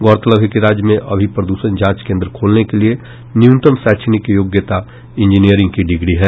गौरतलब है कि राज्य में अभी प्रद्षण जांच केंद्र खोलने के लिये न्यूनतम शैक्षणिक योग्यता इंजीनियरिंग की डिग्री है